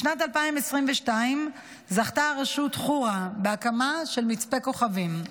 בשנת 2022 זכתה הרשות חורה בהקמה של מצפה כוכבים.